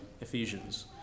Ephesians